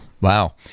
Wow